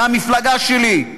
מהמפלגה שלי.